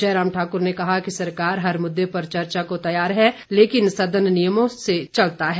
जयराम ठाकुर ने कहा कि सरकार हर मुद्दे पर चर्चा को तैयार है लेकिन सदन नियमों के तहत चलता है